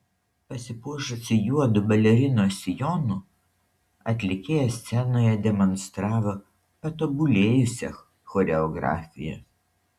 pasipuošusi juodu balerinos sijonu atlikėja scenoje demonstravo patobulėjusią choreografiją